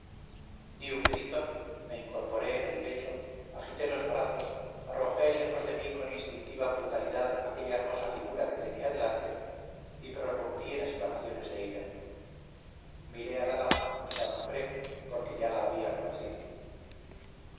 di un grito me incorporé en el lecho agité los brazos arrojé lejos de mí con instintiva brutalidad aquella hermosa figura que tenía delante y prorrumpí en exclamaciones de ira miré a la dama y la nombré porque ya la había conocido